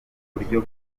buryo